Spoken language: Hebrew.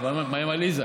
מה עם עליזה?